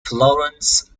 florence